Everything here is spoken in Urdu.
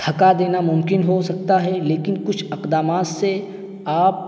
تھکا دینا ممکن ہو سکتا ہے لیکن کچھ اقدامات سے آپ